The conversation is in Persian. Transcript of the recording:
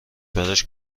براش